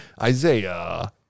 Isaiah